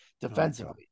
defensively